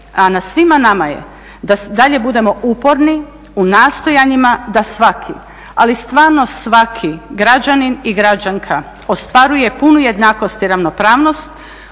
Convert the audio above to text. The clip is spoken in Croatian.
a na svima nama je da dalje budemo uporni u nastojanjima da svaki ali stvarno svaki građanin i građanka ostvaruje punu jednakost i ravnopravnost